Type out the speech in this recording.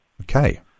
Okay